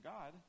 God